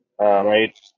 Right